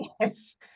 Yes